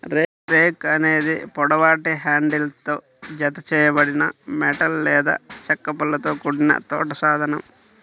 rake అనేది పొడవాటి హ్యాండిల్తో జతచేయబడిన మెటల్ లేదా చెక్క పళ్ళతో కూడిన తోట సాధనం